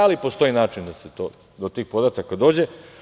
Ali, postoji način da se do tih podataka dođe.